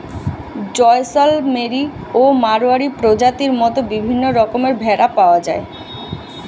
জয়সলমেরি ও মাড়োয়ারি প্রজাতির মত বিভিন্ন রকমের ভেড়া পাওয়া যায়